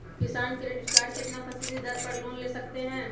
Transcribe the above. किसान credit card कितना फीसदी दर पर लोन ले सकते हैं?